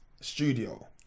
studio